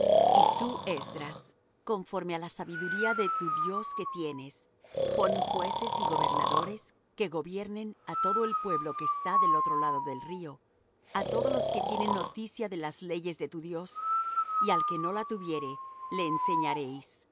y tú esdras conforme á la sabiduría de tu dios que tienes pon jueces y gobernadores que gobiernen á todo el pueblo que está del otro lado del río á todos los que tienen noticia de las leyes de tu dios y al que no la tuviere le enseñaréis y